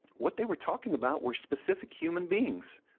what they were talking about were specific human beings.